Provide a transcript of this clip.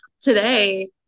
today